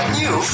new